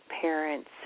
parents